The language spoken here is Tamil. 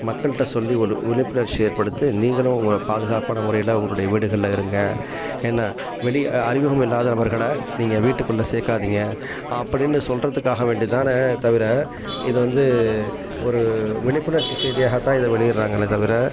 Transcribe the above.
மக்கள்கிட்ட சொல்லி ஒரு விழிப்புணர்ச்சிய ஏற்படுத்த நீங்களும் உங்களை பாதுகாப்பான முறைல உங்களுடைய வீடுகள்ல இருங்க ஏனா வெளியே அ அறிமுகம் இல்லாத நபர்களை நீங்கள் வீட்டுக்குள்ளே சேர்க்காதீங்க அப்படினு சொல்லுறத்துக்காக வேண்டி தானே தவிர இதை வந்து ஒரு விழிப்புணர்ச்சி செய்தியாக தான் இதை வெளியிடுறாங்களே தவிர